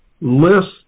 list